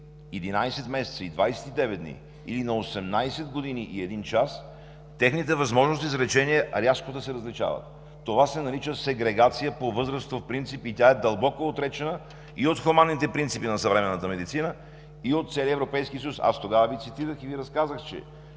11 месеца и 29 дни или на 18 години и 1 час, техните възможности за лечение рязко да се различават! Това се нарича „сегрегация по възрастов признак“ и тя е дълбоко отречена и от хуманните принципи на съвременната медицина, и от целия Европейски съюз. Аз тогава Ви цитирах и Ви разказах, че